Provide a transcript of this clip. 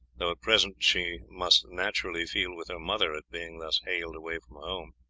though at present she must naturally feel with her mother at being thus haled away from her home.